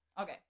Okay